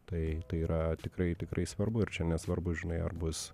tai yra tikrai tikrai svarbu ir čia nesvarbu žinai ar bus